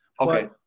Okay